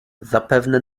zapewne